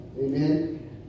Amen